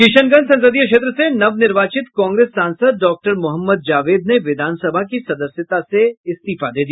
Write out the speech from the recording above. किशनगंज संसदीय क्षेत्र से नवनिर्वाचित कांग्रेस सांसद डॉक्टर मोहम्मद जावेद ने विधानसभा की सदस्यता से इस्तीफा दे दिया